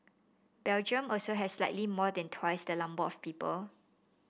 Belgium also has slightly more than the twice the number of people